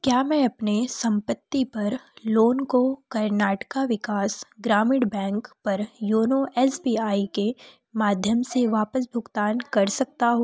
क्या मैं अपने सम्पत्ति पर लोन को कर्नाटक विकास ग्रामीण बैंक पर योनो एस बी आई के माध्यम से वापस भुगतान कर सकता हूँ